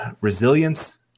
resilience